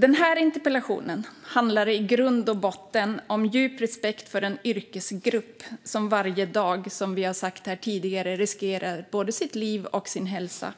Denna interpellation handlar i grund och botten om djup respekt för en yrkesgrupp som varje dag, som vi har sagt här tidigare, riskerar både liv och hälsa.